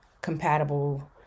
compatible